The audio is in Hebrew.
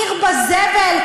עיר בזבל,